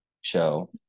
show